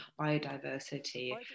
Biodiversity